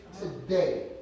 today